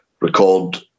record